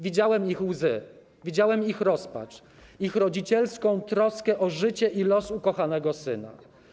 Widziałem ich łzy, widziałem ich rozpacz, ich rodzicielską troskę o życie i los ukochanego syna.